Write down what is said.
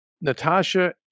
Natasha